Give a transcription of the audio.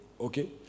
Okay